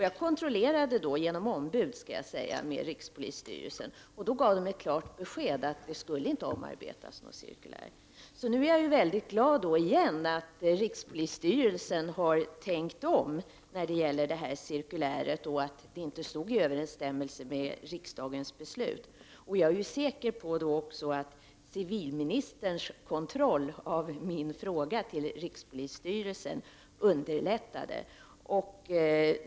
Jag kontrollerade då, genom ombud, med rikspolisstyrelsen som gav klart besked om att något cirkulär i den här frågan inte skulle omarbetas. Nu är jag mycket glad att rikspolisstyrelsen har tänkt om när det gäller det här cirkuläret och funnit att det inte stod i överensstämmelse med riksdagens beslut. Jag är säker på att civilministerns kontroll av min fråga till rikspolisstyrelsen underlättade hanteringen.